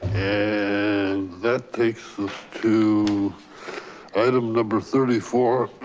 and that takes us to item number thirty four.